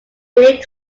big